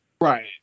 Right